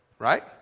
Right